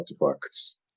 artifacts